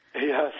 Yes